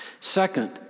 Second